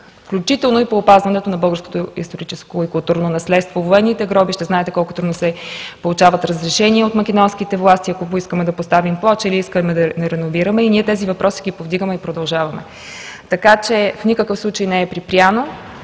включително и по опазването на българското историческо и културно наследство. Военните гробища – знаете колко трудно се получават разрешения от македонските власти, ако поискаме да поставим плоча, или искаме да реновираме. Тези въпроси ги повдигаме и продължаваме, така че в никакъв случай не е припряно.